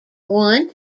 one